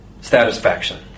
satisfaction